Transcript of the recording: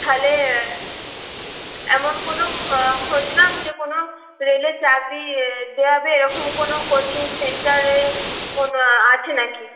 তাহলে এমন কোনো খোঁজ নাও যে কোনো রেলে চাকরি দেওয়াবে এরকম কোনো কোচিং সেন্টারে আছে নাকি